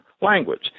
language